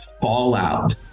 fallout